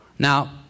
Now